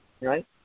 Right